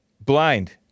Blind